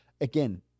again